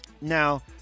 now